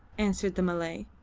answered the malay.